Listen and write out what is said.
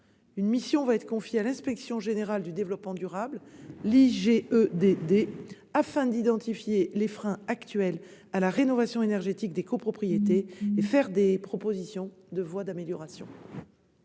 Une mission sera confiée à l'inspection générale du développement durable (IGEDD), afin d'identifier les freins actuels à la rénovation énergétique des copropriétés et faire des propositions de voies d'amélioration.